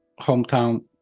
hometown